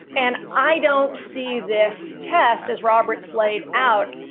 and i don't see this test, as roberts laid out,